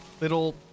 little